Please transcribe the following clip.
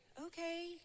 okay